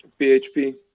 PHP